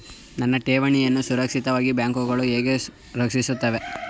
ನನ್ನ ಠೇವಣಿಯನ್ನು ಸುರಕ್ಷಿತವಾಗಿ ಬ್ಯಾಂಕುಗಳು ಹೇಗೆ ರಕ್ಷಿಸುತ್ತವೆ?